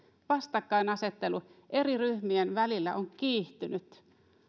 vastakkainasettelu eri ryhmien välillä on kiihtynyt